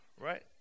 Right